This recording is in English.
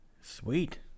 sweet